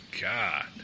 God